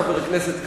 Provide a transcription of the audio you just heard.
חבר הכנסת כץ,